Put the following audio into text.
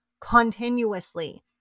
continuously